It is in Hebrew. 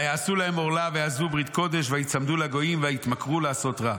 ויעשו להם עורלה ויעזבו ברית קודש וייצמדו לגוים ויתמכרו לעשות רע.